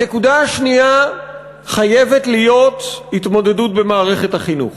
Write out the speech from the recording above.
הנקודה השנייה חייבת להיות התמודדות במערכת החינוך.